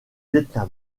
vietnam